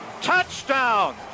Touchdown